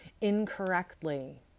incorrectly